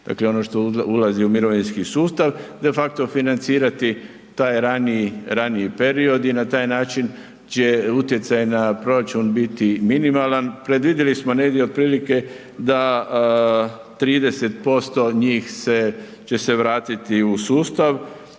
dakle ono što ulazi u mirovinski sustav, defakto financirati taj raniji, raniji period i na taj način će utjecaj na proračun biti minimalan. Predvidjeli smo negdje otprilike da 30% njih se, će se vratiti u sustav